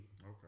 Okay